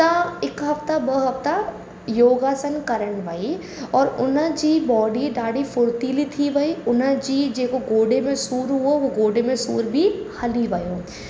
हफ़्ता हिकु हफ़्ता ॿ हफ़्ता योगासन करण वई और उन जी बॉडी ॾाढी फुर्तीली थी वई उन जी जेको गोॾे में सूरु हुओ उहो गोॾे में सूरु बी हली वियो